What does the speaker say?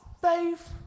faith